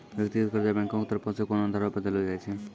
व्यक्तिगत कर्जा बैंको के तरफो से कोनो आधारो पे देलो जाय छै